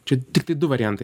čia tiktai du variantai